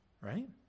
right